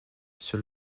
sur